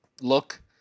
look